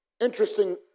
Interesting